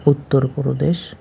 Uttar Pradesh